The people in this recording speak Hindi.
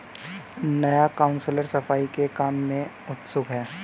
नया काउंसलर सफाई के काम में उत्सुक है